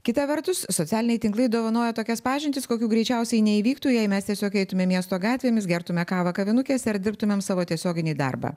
kita vertus socialiniai tinklai dovanoja tokias pažintis kokių greičiausiai neįvyktų jei mes tiesiog eitumėm miesto gatvėmis gertume kavą kavinukėse ir dirbtumėm savo tiesioginį darbą